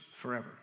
forever